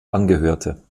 angehörte